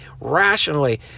rationally